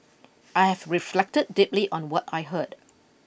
I have reflected deeply on what I heard